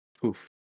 poof